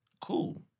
cool